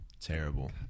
Terrible